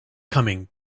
coming